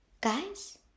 Guys